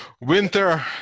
winter